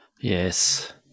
Yes